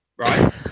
right